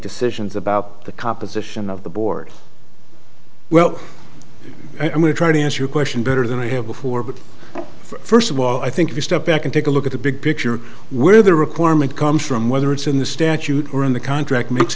decisions about the composition of the board well and we're trying to answer your question better than i have before but first of all i think if you step back and take a look at the big picture where the requirement comes from whether it's in the statute or in the contract makes